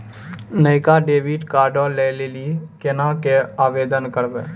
नयका डेबिट कार्डो लै लेली केना के आवेदन करबै?